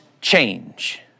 change